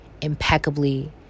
impeccably